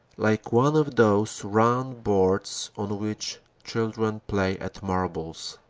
like one of those round boards on which children play at marbles.